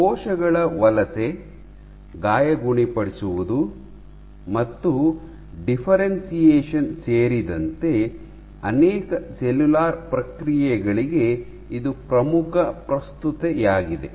ಕೋಶಗಳ ವಲಸೆ ಗಾಯ ಗುಣಪಡಿಸುವುದು ಮತ್ತು ಡಿಫ್ಫೆರೆನ್ಶಿಯೇಷನ್ ಸೇರಿದಂತೆ ಅನೇಕ ಸೆಲ್ಯುಲಾರ್ ಪ್ರಕ್ರಿಯೆಗಳಿಗೆ ಇದು ಪ್ರಮುಖ ಪ್ರಸ್ತುತತೆಯಾಗಿದೆ